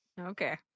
Okay